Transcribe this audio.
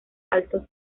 altos